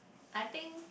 I think